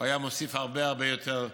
הוא היה מוסיף הרבה הרבה יותר חן.